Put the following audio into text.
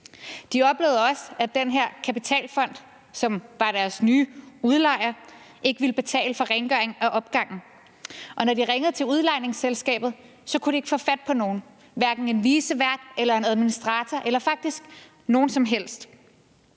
De oplevede også, at den her kapitalfond, som var deres nye udlejer, ikke ville betale for rengøring i opgangen, og når de ringede til udlejningsselskabet, kunne de ikke få fat på nogen, hverken en vicevært eller en administrator eller nogen som helst.